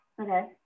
okay